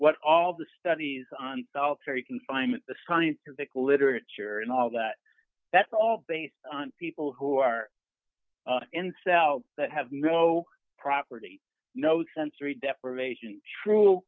what all of the studies on felt very confinement the scientific literature and all that that are all based on people who are in south that have no property no sensory deprivation true